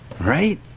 Right